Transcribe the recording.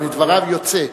אבל מדבריו יוצא,